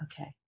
okay